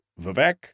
Vivek